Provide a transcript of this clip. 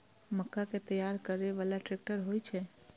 मक्का कै तैयार करै बाला ट्रेक्टर होय छै?